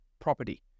property